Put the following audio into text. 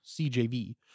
CJV